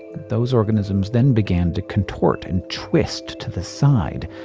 those organisms then began to contort and twist to the side.